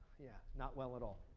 yeah. not well at all.